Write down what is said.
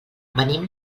venim